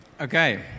Okay